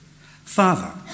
Father